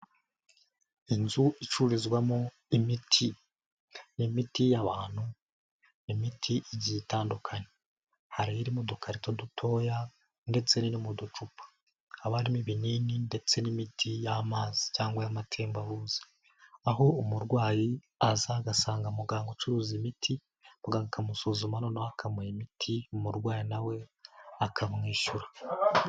Inzu icururizwamo imiti ni imiti y'abantu, imiti igiye itandukanye, hari iri mu dukarito dutoya ndetse iri no mu ducupa, haba harimo ibinini ndetse n'imiti y'amazi cyangwa yamatembabuzi, aho umurwayi aza agasanga muganga ucuruza imiti muganga akamusuzuma noneho akamuha imiti umurwayi na we akamwishyura.